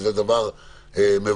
וזה דבר מבורך.